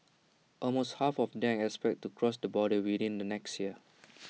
almost half of them expect to cross the borders within the next year